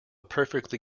perfectly